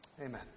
Amen